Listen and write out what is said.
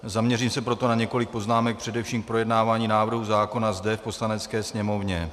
Zaměřím se proto na několik poznámek především k projednávání návrhu zákona zde v Poslanecké sněmovně.